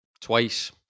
twice